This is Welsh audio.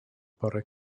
bore